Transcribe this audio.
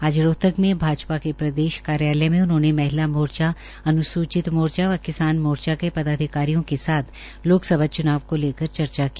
आज रोहतक में भाजपा के प्रदेशकार्यालय मे उन्होंने महिला मोर्चा अन्सूचित व किसान मोर्चा के पदाधिकारियों के साथ लोकसभा चूनाव को लेकर चर्चा की